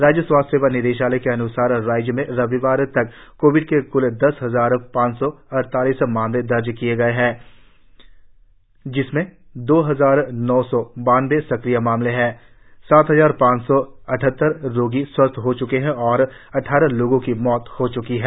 राज्य स्वास्थ्य सेवा निदेशालय के अनुसार राज्य में रविवार तक कोविड के कुल दस हजार पांच सौ अड़तालीस मामले दर्ज किए गए जिसमें से दो हजार नौ सौ बावन सक्रिय मामले है सात हजार पांच सौ अट्टहत्तर रोगी स्वस्थ हो च्के है और अट्ठारह लोगों की मौत हो च्की है